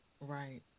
Right